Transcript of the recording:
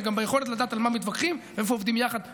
גם ביכולת לדעת על מה מתווכחים ואיפה עובדים יחד כשמסכימים,